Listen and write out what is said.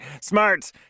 smart